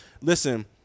listen